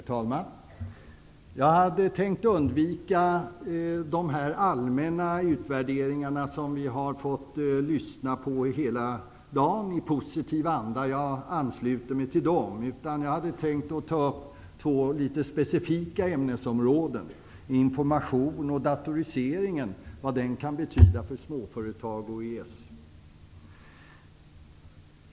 Herr talman! Jag hade tänkt att undvika de allmänna utvärderingarna som vi i positiv anda har fått lyssna på hela dagen. Jag ansluter mig till dem. Jag hade tänkt att ta upp två litet specifika ämnesområden, nämligen information och datorisering och vad dessa kan betyda för småföretag och EES.